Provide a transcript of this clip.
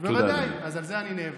על זה צריך להיאבק.